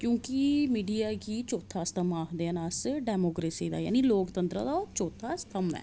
क्योंकि मीडिया गी चौथा स्तंभ आखदे न अस डेमोक्रेसी दा जानि लोकतंत्रै दा ओह् चौथा स्तंभ ऐ